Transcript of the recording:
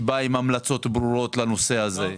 שבאה עם המלצות ברורות לנושא הזה.